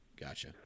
Gotcha